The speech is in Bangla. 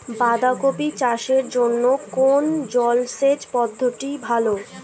বাঁধাকপি চাষের জন্য কোন জলসেচ পদ্ধতিটি ভালো?